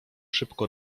szybko